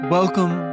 Welcome